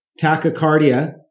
tachycardia